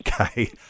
Okay